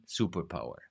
superpower